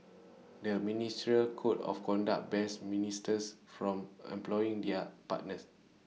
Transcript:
the ministerial code of conduct bans ministers from employing their partners